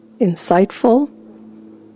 insightful